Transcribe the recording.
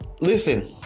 listen